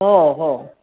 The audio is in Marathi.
हो हो